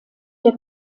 der